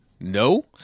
no